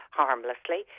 harmlessly